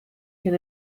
can